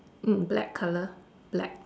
mm black colour black